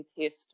test